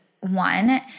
one